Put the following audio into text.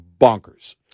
bonkers